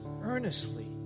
earnestly